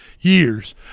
years